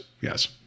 Yes